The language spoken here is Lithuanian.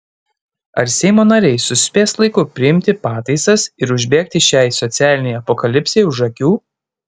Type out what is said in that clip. ar seimo nariai suspės laiku priimti pataisas ir užbėgti šiai socialinei apokalipsei už akių